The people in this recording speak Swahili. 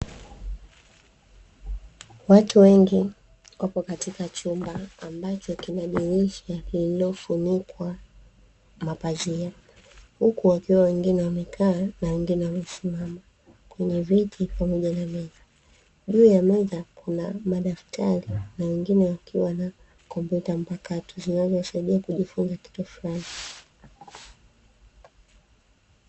Watu wengi wako katika chumba ambacho kina dirisha lililofunikwa na mapazia, huku wakiwa wengine wamekaa na wengine wamesimama kwenye viti pamoja na meza. Juu ya meza kuna madaftari na wengine wakiwa na kompyuta mpakato zinazosaidia kujifunza kitu fulani.